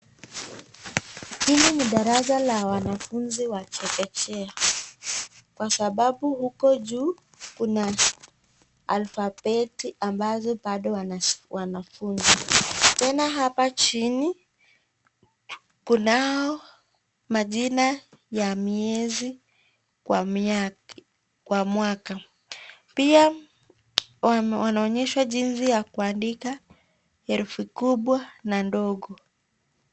Hili ni darasa la wanafunzi wa chekechea, kwa sababu huku juu Kuna alfabeti ambazo Bado wanafunza, Tena hapa chini kunao majina ya miezi kwa mwaka, pia wanaonyeshwa jinsi ya kuandika herufi kubwa na ndogo.